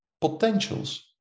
potentials